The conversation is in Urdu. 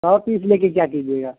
سو پیس لے کے کیا کیجیے گا